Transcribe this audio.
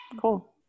Cool